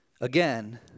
again